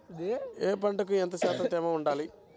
ఏ పంటకు ఎంత తేమ శాతం ఉండాలి?